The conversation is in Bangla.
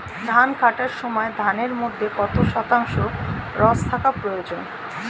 ধান কাটার সময় ধানের মধ্যে কত শতাংশ রস থাকা প্রয়োজন?